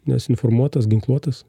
nes informuotas ginkluotas